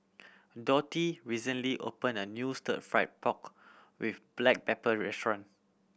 Dottie recently opened a new Stir Fried Pork With Black Pepper restaurant